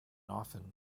often